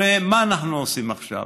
הרי מה אנחנו עושים עכשיו?